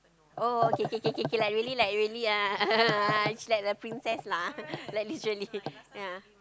oh K K K K like really like really ah she like the princess lah like literally